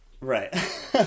Right